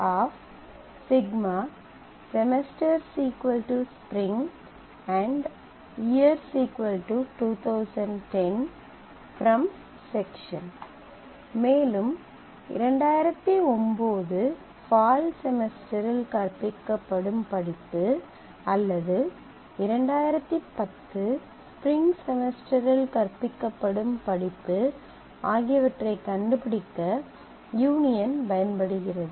Πcourse idσsemester "Spring" year 2010 மேலும் 2009 fall செமஸ்டரில் கற்பிக்கப்படும் படிப்பு அல்லது 2010 ஸ்ப்ரிங் செமஸ்டரில் கற்பிக்கப்படும் படிப்பு ஆகியவற்றைக் கண்டுபிடிக்க யூனியன் பயன்படுகிறது